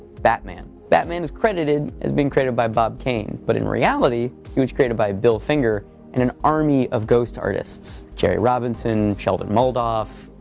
batman. batman is credited as being created by bob kane, but in reality, he was created by bill finger and an army of ghost artists jerry robinson, sheldon moldoff,